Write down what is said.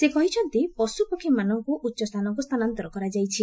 ସେ କହିଛନ୍ତି ପଶୁପକ୍ଷୀମାନଙ୍କୁ ଉଚ୍ଚସ୍ଥାନକୁ ସ୍ଥାନାନ୍ତର କରାଯାଇଛି